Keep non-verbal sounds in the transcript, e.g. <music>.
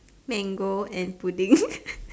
mango and pudding <laughs>